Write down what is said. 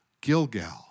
Gilgal